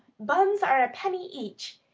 buns are a penny each.